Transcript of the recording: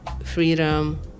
freedom